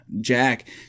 Jack